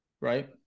Right